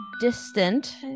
distant